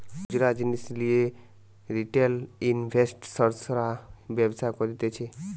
খুচরা জিনিস সব লিয়ে রিটেল ইনভেস্টর্সরা ব্যবসা করতিছে